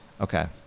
Okay